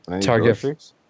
Target